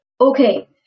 okay